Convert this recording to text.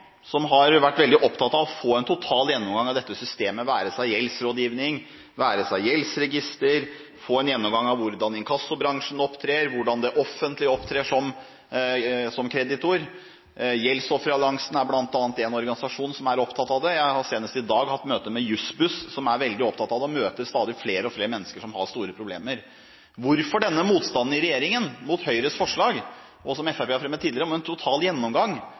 som har vært opptatt av å få en total gjennomgang av dette systemet – det være seg gjeldsrådgivning, det være seg gjeldsregister eller å få en gjennomgang av hvordan inkassobransjen opptrer, og hvordan det offentlige opptrer som kreditor. Gjeldsoffer-Alliansen er bl.a. en organisasjon som er opptatt av det. Jeg har senest i dag hatt møte med Juss-Buss, som er veldig opptatt av det, og møter stadig flere mennesker som har store problemer. Hvorfor denne motstanden i regjeringen mot Høyres forslag, som Fremskrittspartiet har fremmet tidligere, om en total gjennomgang